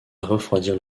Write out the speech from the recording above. refroidir